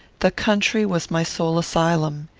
the country was my sole asylum.